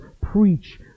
preach